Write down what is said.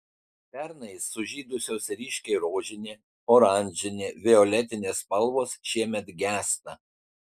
pernai sužydusios ryškiai rožinė oranžinė violetinė spalvos šiemet gęsta